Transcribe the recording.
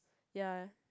ya